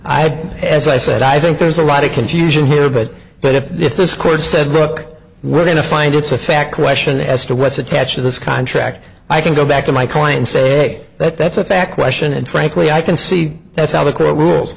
had as i said i think there's a lot of confusion here but but if this court said look we're going to find it's a fact question as to what's attached to this contract i can go back to my client say that that's a fact question and frankly i can see that's how the court rules